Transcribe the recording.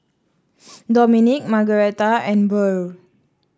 Domenic Margaretha and Burr